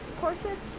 corsets